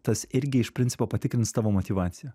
tas irgi iš principo patikrins tavo motyvaciją